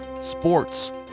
sports